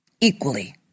Equally